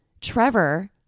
Trevor